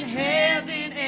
heaven